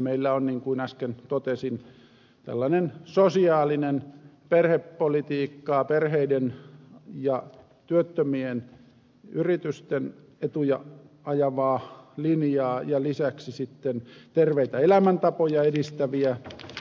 meillä on niin kuin äsken totesin tällainen sosiaalinen perhepolitiikkaa perheiden ja työttömien yritysten etuja ajava linja ja lisäksi terveitä elämäntapoja edistäviä